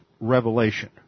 revelation